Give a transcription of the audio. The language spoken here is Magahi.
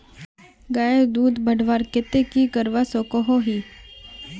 गायेर दूध बढ़वार केते की करवा सकोहो ही?